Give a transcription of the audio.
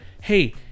hey